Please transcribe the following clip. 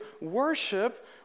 worship